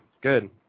Good